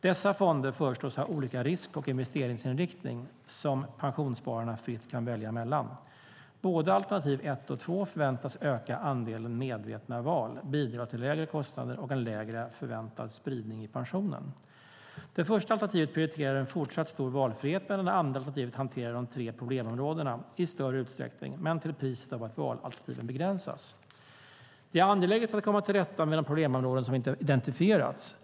Dessa fonder föreslås ha olika risk och investeringsinriktning, som pensionsspararna fritt kan välja mellan. Både alternativ 1 och 2 förväntas öka andelen medvetna val och bidra till lägre kostnader och en lägre förväntad spridning i pensionen. Det första alternativet prioriterar en fortsatt stor valfrihet, medan det andra alternativet hanterar de tre problemområdena i större utsträckning, men till priset av att valalternativen begränsas. Det är angeläget att komma till rätta med de problemområden som identifierats.